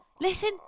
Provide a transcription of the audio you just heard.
listen